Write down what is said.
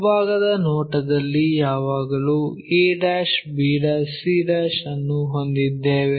ಮುಂಭಾಗದ ನೋಟದಲ್ಲಿ ಯಾವಾಗಲೂ a b c ಅನ್ನು ಹೊಂದಿದ್ದೇವೆ